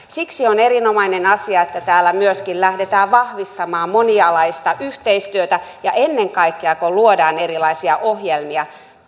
siksi on erinomainen asia että täällä myöskin lähdetään vahvistamaan monialaista yhteistyötä ja ennen kaikkea kun luodaan erilaisia ohjelmia